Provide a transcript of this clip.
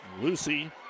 Lucy